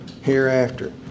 hereafter